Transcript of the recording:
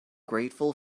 grateful